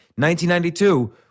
1992